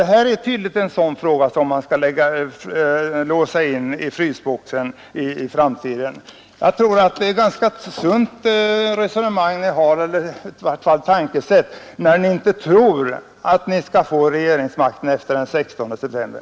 Det här är tydligen en sådan fråga som man skall låsa in i oppositionens frysskåp i framtiden. Jag tror att det är ett ganska sunt tänkesätt när ni inte tror att ni skall få regeringsmakten efter den 16 september.